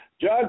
Judge